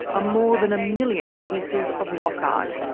ah more than a million pieces of rock art,